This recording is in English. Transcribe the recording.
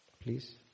please